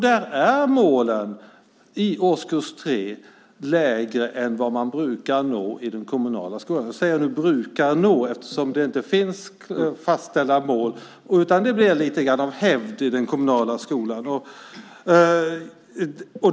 Där är målen i årskurs 3 lägre än vad man brukar nå i den kommunala skolan. Jag säger "brukar nå" eftersom det inte finns några fastställda mål, utan det blir lite grann av en hävd i den kommunala skolan.